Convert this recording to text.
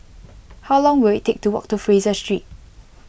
how long will it take to walk to Fraser Street